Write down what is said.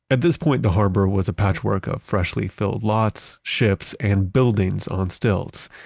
at this point the harbor was a patchwork of freshly filled lots, ships and buildings on stilts.